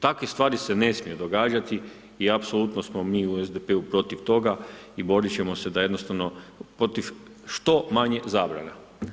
Takve stvari se ne smiju događati i apsolutno smo mi u SDP-u protiv toga i borit ćemo se da jednostavno što manje zabrana.